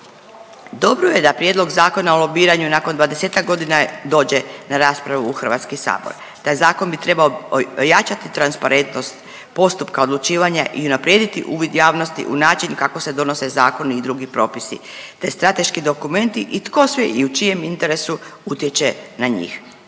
Dobro je da prijedlog Zakona o lobiranju nakon 20-tak godina dođe na raspravu u HS. Taj zakon bi trebao ojačati transparentnost postupka odlučivanja i unaprijediti uvid javnosti u način kako se donose zakoni i drugi propisi, te strateški dokumenti i tko sve i u čijem interesu utječe na njih.